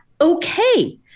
okay